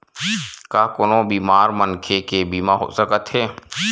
का कोनो बीमार मनखे के बीमा हो सकत हे?